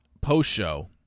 post-show